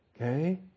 Okay